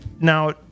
Now